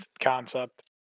concept